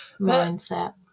mindset